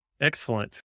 excellent